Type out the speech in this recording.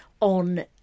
on